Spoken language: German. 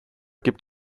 gibt